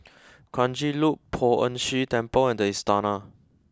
Kranji Loop Poh Ern Shih Temple and the Istana